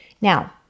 Now